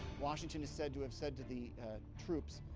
washington is said to have said to the troops,